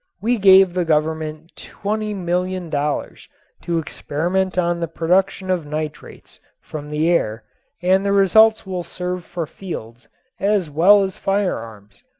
we gave the government twenty million dollars to experiment on the production of nitrates from the air and the results will serve for fields as well as firearms.